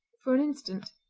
for an instant,